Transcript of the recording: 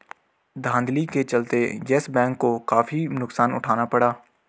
धांधली के चलते यस बैंक को काफी नुकसान उठाना पड़ा